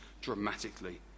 dramatically